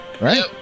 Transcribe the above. right